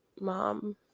mom